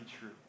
true